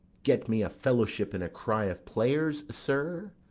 get me a fellowship in a cry of players, sir?